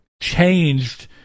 changed